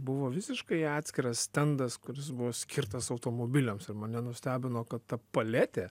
buvo visiškai atskiras stendas kuris buvo skirtas automobiliams ir mane nustebino kad ta paletė